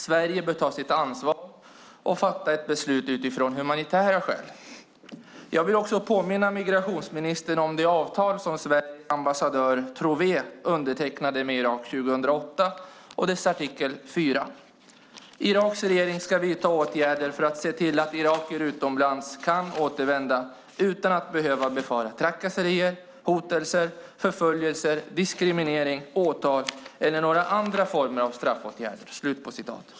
Sverige bör ta sitt ansvar och fatta ett beslut utifrån humanitära skäl. Jag vill påminna migrationsministern om det avtal som Sveriges ambassadör Trouvé undertecknade med Irak 2008 och dess artikel 4: Iraks regering ska vidta åtgärder för att se till att irakier utomlands kan återvända utan att behöva befara trakasserier, hotelser, förföljelser, diskriminering, åtal eller några andra former av straffåtgärder.